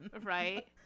right